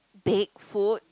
bake food